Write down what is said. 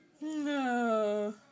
No